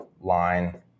line